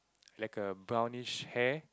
like a brownish hair